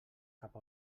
cap